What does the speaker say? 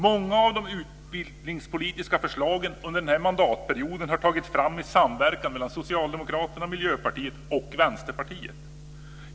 Många av de utbildningspolitiska förslagen under den här mandatperioden har tagits fram i samverkan mellan Socialdemokraterna, Miljöpartiet och Vänsterpartiet.